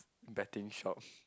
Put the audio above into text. betting shop